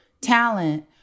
talent